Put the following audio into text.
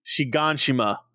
Shiganshima